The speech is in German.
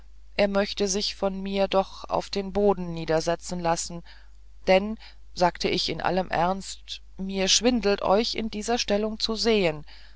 er möchte sich von mir doch auf den boden niedersetzen lassen denn sagte ich in allem ernst mir schwindelt euch in dieser stellung zu sehen